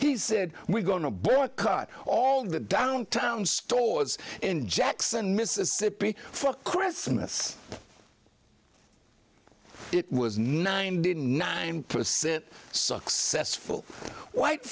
he said we're going to boycott all the downtown stores in jackson mississippi for christmas it was nine didn't nine percent successful white